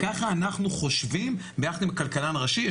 ככה אנחנו חושבים ביחד עם הכלכלן הראשי.